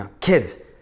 Kids